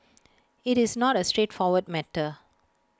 IT is not A straightforward matter